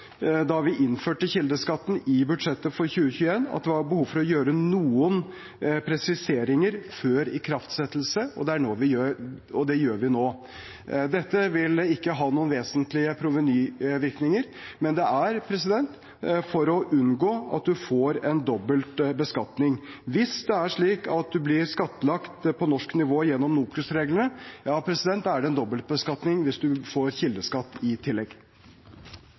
da vi innførte kildeskatten i budsjettet for 2021, at det var behov for å gjøre noen presiseringer før ikraftsettelse, og det gjør vi nå. Dette vil ikke ha noen vesentlige provenyvirkninger, det er for å unngå at vi får en dobbelt beskatning. Hvis det er slik at en blir skattlagt på norsk nivå gjennom NOKUS-reglene, er det en dobbeltbeskatning hvis man får kildeskatt i tillegg.